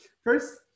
First